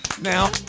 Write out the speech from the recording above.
Now